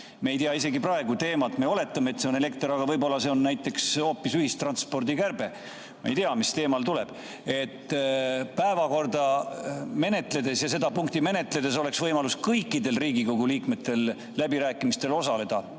Me ei tea isegi praegu teemat. Me oletame, et see on elekter, aga võib-olla see on näiteks hoopis ühistranspordi kärbe. Me ei tea, mis teemal [ettekanne] tuleb. Päevakorda menetledes ja seda punkti menetledes peaks olema võimalus kõikidel Riigikogu liikmetel läbirääkimistel osaleda,